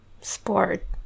sport